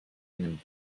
einem